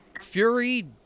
Fury